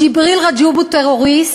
ג'יבריל רג'וב הוא טרוריסט,